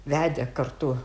vedę kartu